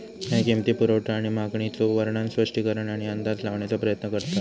ह्या किंमती, पुरवठा आणि मागणीचो वर्णन, स्पष्टीकरण आणि अंदाज लावण्याचा प्रयत्न करता